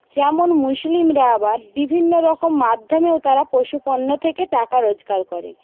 যেমন মুসলিমরা আবার বিভিন্ন রকম মাধ্যমেও তারা পশুপণ্য থেকে টাকা রোজগার করে